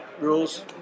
rules